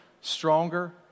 stronger